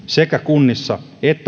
sekä kunnissa että